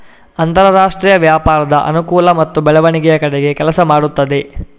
ಅಂತರಾಷ್ಟ್ರೀಯ ವ್ಯಾಪಾರದ ಅನುಕೂಲ ಮತ್ತು ಬೆಳವಣಿಗೆಯ ಕಡೆಗೆ ಕೆಲಸ ಮಾಡುತ್ತವೆ